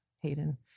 Hayden